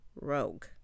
rogue